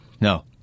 No